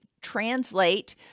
translate